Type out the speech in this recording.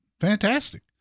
fantastic